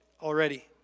already